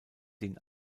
den